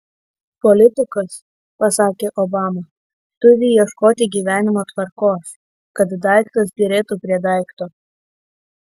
politikas pasakė obama turi ieškoti gyvenimo tvarkos kad daiktas derėtų prie daikto